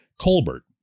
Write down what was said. Colbert